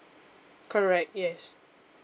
correct yes